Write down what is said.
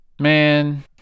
Man